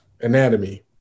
anatomy